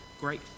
great